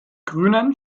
grünen